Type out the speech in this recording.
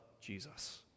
jesus